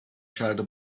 کرده